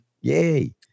Yay